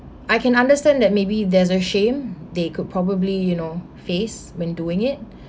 I can understand that maybe there's a shame they could probably you know face when doing it